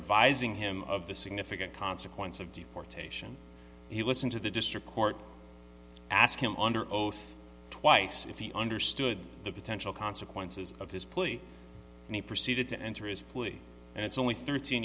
advising him of the significant consequence of deportation he listened to the district court ask him under oath twice if he understood the potential consequences of his plea and he proceeded to enter his plea and it's only thirteen